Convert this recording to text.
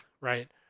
right